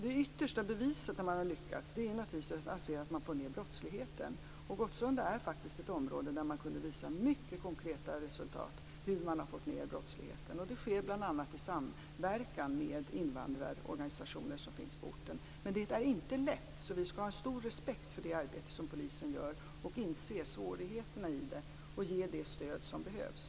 Det yttersta beviset för att man har lyckats är naturligtvis att man får ned brottsligheten, och Gottsunda är faktiskt ett område där man kunnat visa upp mycket konkreta resultat i form av nedbringad brottslighet. Det sker bl.a. i samverkan med invandrarorganisationer på orten. Men detta är inte lätt. Vi skall ha stor respekt för det arbete som polisen utför, inse svårigheterna i det och ge det stöd som behövs.